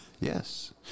Yes